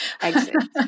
exit